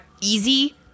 easy